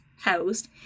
housed